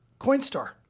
Coinstar